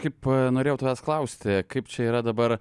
kaip norėjau tavęs klausti kaip čia yra dabar